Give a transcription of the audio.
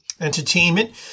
Entertainment